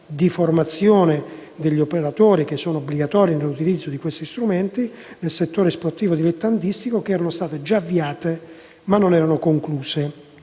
di formazione degli operatori, obbligatorie per l'utilizzo di questi strumenti, del settore sportivo dilettantistico che erano state già avviate, ma non concluse.